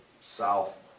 south